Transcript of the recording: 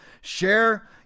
share